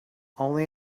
only